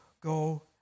go